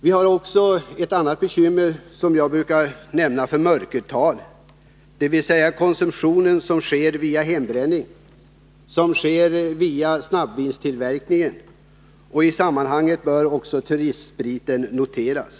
Vi har vidare ett s.k. mörkertal — dvs. konsumtion som sker via hembränning och via snabbvinstillverkning. I - Nr 132 sammanhanget bör även turistspriten noteras.